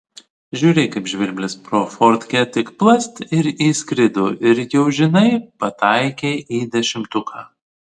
žiūrėk kaip žvirblis pro fortkę tik plast ir įskrido ir jau žinai pataikei į dešimtuką